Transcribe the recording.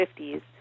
50s